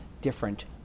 different